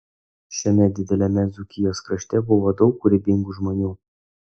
šiame dideliame dzūkijos krašte buvo daug kūrybingų žmonių